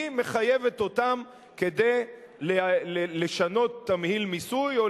היא מחייבת אותם כדי לשנות תמהיל מיסוי או